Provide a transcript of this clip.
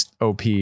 op